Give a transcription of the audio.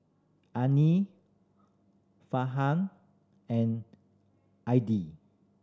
Farhan and Aidil